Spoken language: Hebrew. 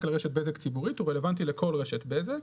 לרשת בזק ציבורית הוא רלוונטי לכל רשת בזק.